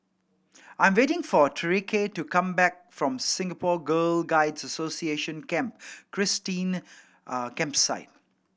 I am waiting for Tyreke to come back from Singapore Girl Guides Association Camp Christine Campsite